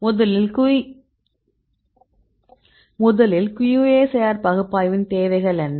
முதலில் QSAR பகுப்பாய்வின் தேவைகள் என்ன